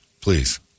please